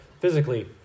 physically